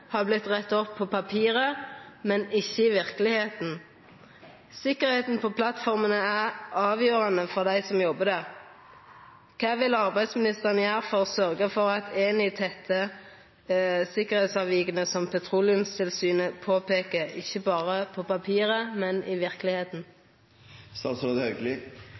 opp på papiret, men ikkje i verkelegheita. Sikkerheita på plattformene er avgjerande for dei som jobbar der. Kva vil arbeidsministeren gjera for å sørgja for at Eni tettar sikkerheitsavvika som Petroleumstilsynet påpeiker, ikkje berre på papiret, men òg i